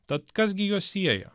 tad kas gi juos sieja